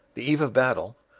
the eve of battle,